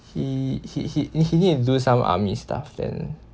he he he he he need to do some army stuff then